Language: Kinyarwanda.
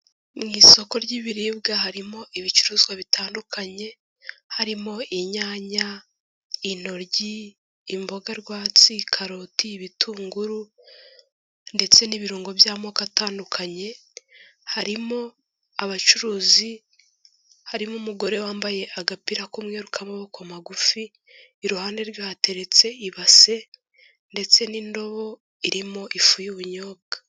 Mu isoko ry'ibiribwa harimo ibicuruzwa bitandukanye, harimo inyanya, intoryi, imboga rwatsi, karoti, ibitunguru ndetse n'ibirungo by'amoko atandukanye. Harimo abacuruzi, harimo umugore wambaye agapira k'umweru k'amaboko magufi, iruhande rwe hateretse ibase ndetse n'indobo irimo ifu y'ubunyobwa.